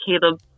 Caleb